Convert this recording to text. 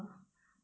err